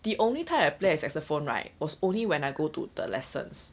the only time I play a saxophone right was only when I go to the lessons